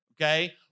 okay